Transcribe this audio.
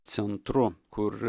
centru kur